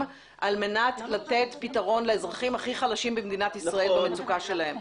על מנת לתת פתרון לאזרחים הכי חלשים במדינת ישראל במצוקה שלהם.